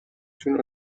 چون